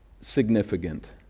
significant